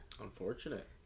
Unfortunate